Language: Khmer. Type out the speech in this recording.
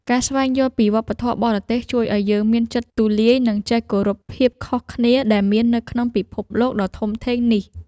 ការស្វែងយល់ពីវប្បធម៌បរទេសជួយឱ្យយើងមានចិត្តទូលាយនិងចេះគោរពភាពខុសគ្នាដែលមាននៅក្នុងពិភពលោកដ៏ធំធេងនេះ។